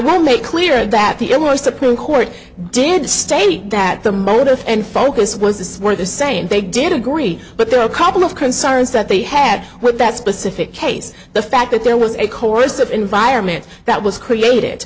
will make clear that the illinois supreme court did state that the motive and focus was this were the same they did agree but there are a couple of concerns that they had with that specific case the fact that there was a course of environment that was created